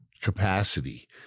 capacity